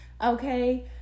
Okay